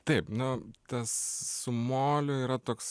taip nu tas su moliu yra toks